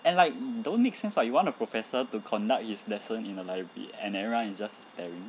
and like don't make sense [what] you want the professor to conduct his lesson in a library and everyone is just staring